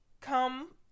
come